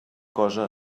cosa